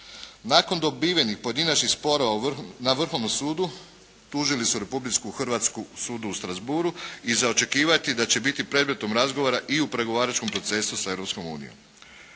Nakon dobivenih pojedinačnih sporova na Vrhovnom sudu tužili su Republiku Hrvatsku sudu u Strassbourgu i za očekivati je da će biti predmetom razgovora i u pregovaračkom procesu sa Europskom unijom.